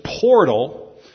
portal